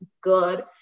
good